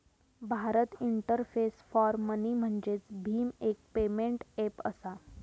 Bharat interface for money म्हणजेच भीम, एक पेमेंट ऐप असा